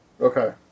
Okay